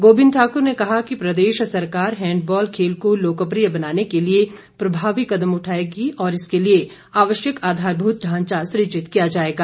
गोविंद ठाकर ने कहा कि प्रदेश सरकार हैंडबॉल खेल को लोकप्रिय बनाने के लिए प्रभावी कदम उठाएगी और इसके लिए आवश्यक आधारभूत ढांचा सूजित किया जाएगा